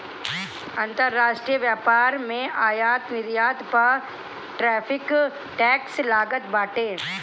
अंतरराष्ट्रीय व्यापार में आयात निर्यात पअ टैरिफ टैक्स लागत बाटे